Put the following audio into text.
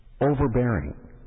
overbearing